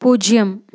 பூஜ்ஜியம்